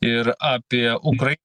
ir apie ukra